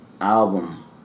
album